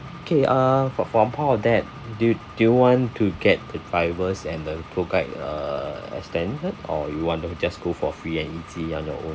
okay uh fro~ from apart of that do you do you want to get the drivers and the tour guide uh extended or you want to just go for free and easy on your own